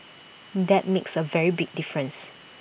that makes A very big difference